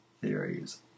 theories